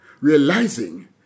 realizing